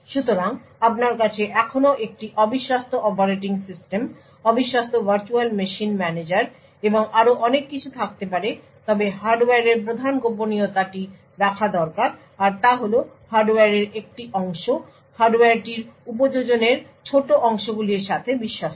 সুতরাং আপনার কাছে এখনও একটি অবিশ্বস্ত অপারেটিং সিস্টেম অবিশ্বস্ত ভার্চুয়াল মেশিন ম্যানেজার এবং আরও অনেক কিছু থাকতে পারে তবে হার্ডওয়্যারের প্রধান গোপনীয়তাটি রাখা দরকার আর তা হল হার্ডওয়্যারের একটি অংশ হার্ডওয়্যারটির উপযোজনের ছোট অংশগুলির সাথে বিশ্বস্ত